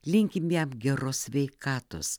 linkim jam geros sveikatos